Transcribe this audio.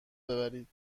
ببرید